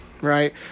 right